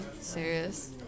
serious